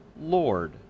Lord